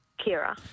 Kira